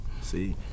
See